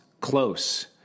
close